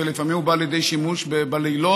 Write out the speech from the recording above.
ולפעמים הוא בא לידי שימוש בלילות,